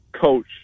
coach